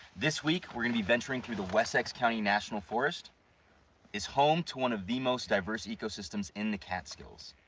this week we're gonna be venturing through the wessex county national forest is home to one of the most diverse ecosystems in the catskills.